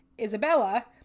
Isabella